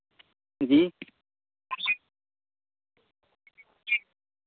जी